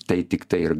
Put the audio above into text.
tai tiktai ir